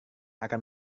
akan